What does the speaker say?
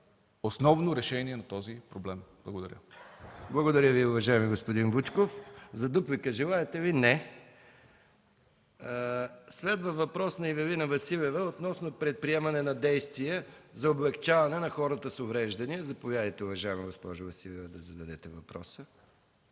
основно решение на този проблем. Благодаря. ПРЕДСЕДАТЕЛ МИХАИЛ МИКОВ: Благодаря Ви, уважаеми господин Вучков. Желаете ли дуплика? Не. Следва въпрос на Ивелина Василева относно предприемане на действия за облекчаване на хората с увреждания. Заповядайте, уважаема госпожо Василева, да зададете въпроса.